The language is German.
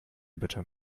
bitte